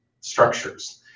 structures